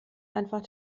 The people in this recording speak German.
einfach